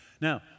Now